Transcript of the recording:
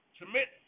submit